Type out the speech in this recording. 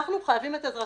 אנחנו חייבים את עזרתכם.